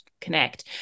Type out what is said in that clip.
connect